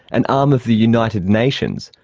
an arm of the united nations,